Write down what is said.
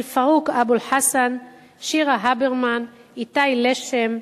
אלפארוק אבו אלחסן, שירה הברמן, איתי לשם,